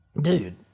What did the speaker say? dude